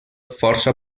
força